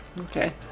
Okay